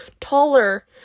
taller